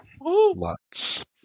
Lots